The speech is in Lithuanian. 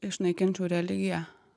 išnaikinčiau religiją